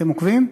אתם עוקבים?